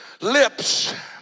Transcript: lips